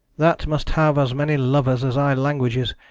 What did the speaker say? that must have as many lovers as i languages.